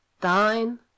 Thine